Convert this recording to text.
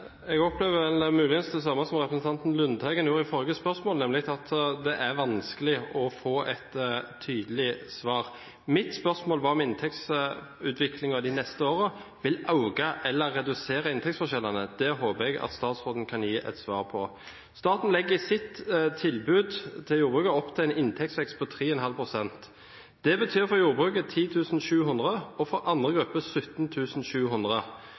Jeg opplever muligens det samme som representanten Lundteigen gjorde når det gjaldt forrige spørsmål, nemlig at det er vanskelig å få et tydelig svar. Mitt spørsmål var om inntektsutviklingen de neste årene vil øke eller redusere inntektsforskjellene. Det håper jeg at statsråden kan gi et svar på. Staten legger i sitt tilbud til jordbruket opp til en inntektsvekst på 3,5 pst. Det betyr for jordbruket 10 700 kr, og for andre grupper